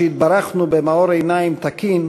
שהתברכנו במאור עיניים תקין,